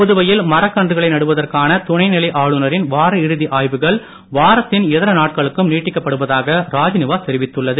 புதுவையில் மரக்கன்றுகளை நடுவதற்கான துணைநிலை ஆளுநரின் வார இறுதி ஆய்வுகள் வாரத்தின் இதர நாட்களுக்கும் நீட்டிக்கப்படுவதாக ராஜ்நிவாஸ் தெரிவித்துள்ளது